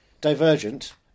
Divergent